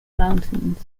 mountains